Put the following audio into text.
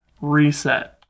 reset